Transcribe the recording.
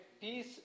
peace